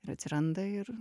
ir atsiranda ir